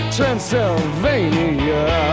Transylvania